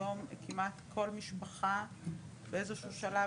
היום כמעט כל משפחה באיזשהו שלב,